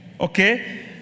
Okay